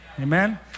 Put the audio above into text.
Amen